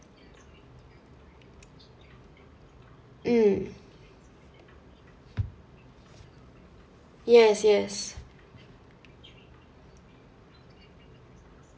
mm yes yes